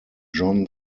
john